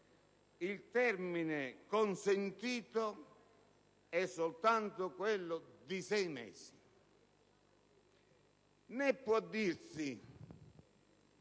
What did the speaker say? il termine consentito è soltanto quello di sei mesi,